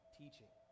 teaching